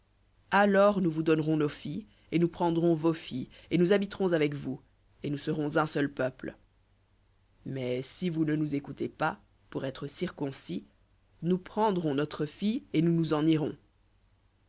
alors nous vous donnerons nos filles et nous prendrons vos filles et nous habiterons avec vous et nous serons un seul peuple mais si vous ne nous écoutez pas pour être circoncis nous prendrons notre fille et nous nous en irons